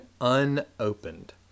unopened